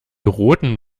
roten